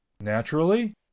naturally